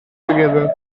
together